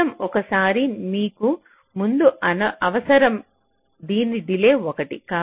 కేవలం ఒక సారి మీకు ముందు అవసరం దీని డిలే 1